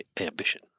ambition